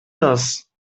das